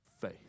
Faith